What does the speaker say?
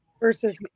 Versus